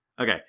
Okay